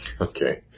Okay